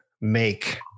make